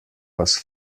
was